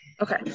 okay